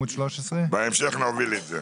בהמשך נוביל את זה.